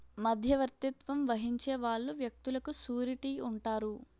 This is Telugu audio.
మధ్యవర్తిత్వం వహించే వాళ్ళు వ్యక్తులకు సూరిటీ ఉంటారు